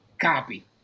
Copy